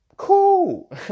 Cool